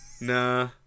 Nah